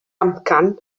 amcan